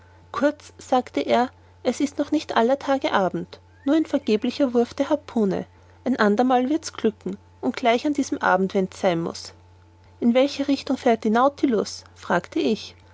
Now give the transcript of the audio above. kurz sagte er es ist noch nicht aller tage abend nur ein vergeblicher wurf der harpune ein andermal wird's glücken und gleich diesen abend wenn es sein muß in welcher richtung fährt der nautilus fragte ich